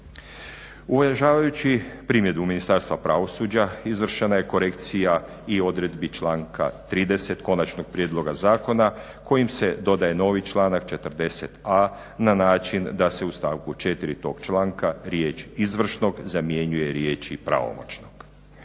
Uvažavajući primjedbu Ministarstva pravosuđa izvršena je korekcija i odredbi članka 30. konačnog prijedloga zakona kojim se dodaje novi članak 40.a na način da se u stavku 4. toga članka riječ "izvršnog" zamjenjuje "pravomoćnog".